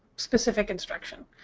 specific instruction,